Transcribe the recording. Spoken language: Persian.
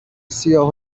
سیاه